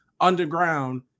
underground